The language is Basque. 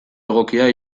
egokia